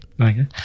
Okay